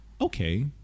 okay